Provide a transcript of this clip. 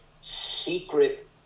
secret